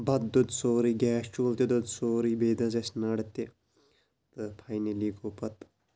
بَتہٕ دوٚد سورُے گیس چوٗلہٕ تہِ دوٚد سورُے بیٚیہِ دٔزۍ اَسہِ نر تہِ تہٕ فاینٔلی گوٚو پَتہٕ